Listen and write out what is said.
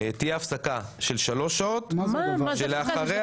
תהיה הפסקה של שלוש שעות -- מה זה הדבר הזה?